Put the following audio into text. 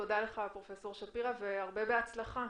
תודה לך, פרופ' שפירא, והרבה הצלחה.